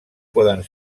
poden